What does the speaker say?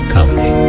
Comedy